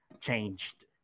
changed